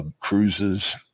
cruises